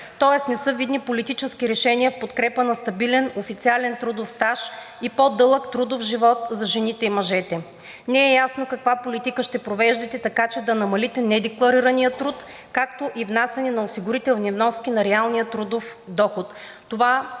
тоест не са видни политически решения в подкрепа на стабилен официален трудов стаж и по-дълъг трудов живот за жените и мъжете. Не е ясно каква политика ще провеждате, така че да намалите недекларирания труд, както и внасянето на осигурителни вноски на реалния трудов доход.